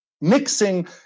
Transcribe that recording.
mixing